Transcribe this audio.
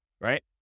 Right